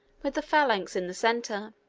with the phalanx in the center.